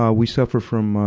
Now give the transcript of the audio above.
ah we suffer from, ah,